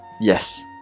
yes